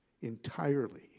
entirely